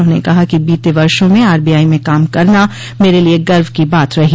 उन्होंने कहा कि बीते वर्षो में आरबीआई में काम करना मेरे लिये गर्व की बात रही